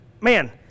man